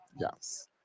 yes